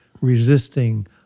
resisting